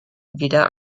wieder